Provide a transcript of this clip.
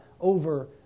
over